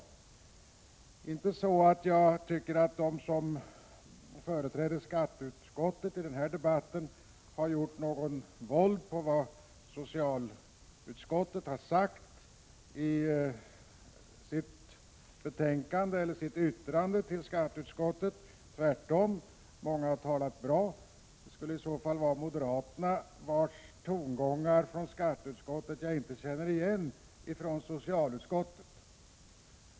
Det är inte så att jag tycker att de som företräder skatteutskottet i denna debatt har gjort våld på vad socialutskottet säger i sitt yttrande till skatteutskottet, tvärt om, många har talat bra. Det skulle i så fall vara moderaterna i skatteutskottet vilkas tongångar jag inte känner igen från socialutskottet.